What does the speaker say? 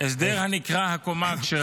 הסדר הנקרא "הקומה הכשרה".